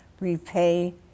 repay